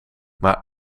maar